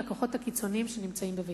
לכוחות הקיצוניים שנמצאים בביתו.